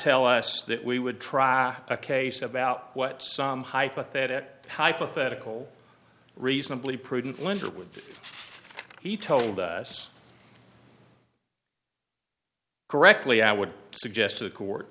tell us that we would try a case about what some hypothetical hypothetical reasonably prudent lender would he told us directly i would suggest to the court